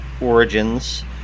Origins